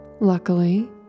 luckily